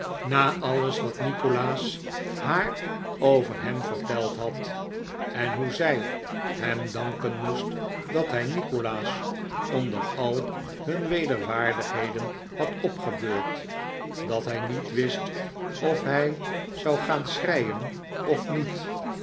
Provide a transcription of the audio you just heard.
na alles wat nikolaas haar over hem verteld had en hoe zij hem danken moest dat hij nikolaas onder al hun wederwaardigheden had opgebeurd dat hij niet wist of hij zou gaan schreien of niet